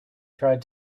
tried